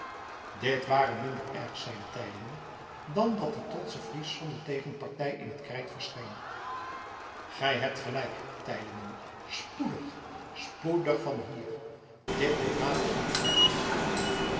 dit ware minder erg zeide teylingen dan dat die trotsche fries zonder tegenpartij in het krijt verscheen gij hebt gelijk teylingen spoedig spoedig van hier dit moet nader onderzocht worden